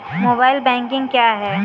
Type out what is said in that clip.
Mobile banking क्या है?